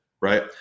right